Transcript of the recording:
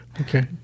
Okay